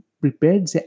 prepared